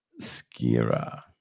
Skira